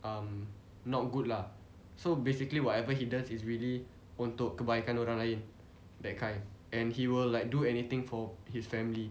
um not good lah so basically whatever he does is really untuk kebaikan orang lain that kind and he will like do anything for his family